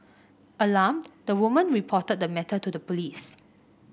alarmed the woman reported the matter to the police